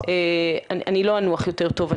אני לא אנוח יותר טוב,